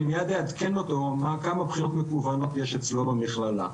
אני מייד אעדכן אותו כמה בחינות מקוונות יש אצלו במכללה.